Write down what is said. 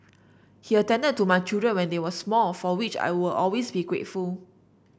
he attended to my children when they were small for which I will always be grateful